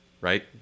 right